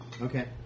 Okay